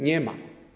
Nie ma.